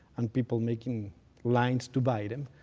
and people making lines to buy them,